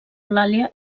eulàlia